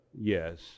Yes